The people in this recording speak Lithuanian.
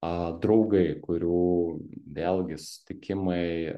a draugai kurių vėlgi susitikimai